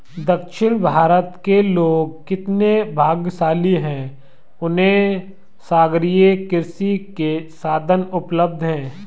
दक्षिण भारत के लोग कितने भाग्यशाली हैं, उन्हें सागरीय कृषि के साधन उपलब्ध हैं